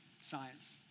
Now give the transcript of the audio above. science